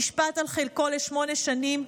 נשפט על חלקו לשמונה שנים,